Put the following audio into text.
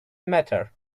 matter